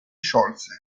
sciolse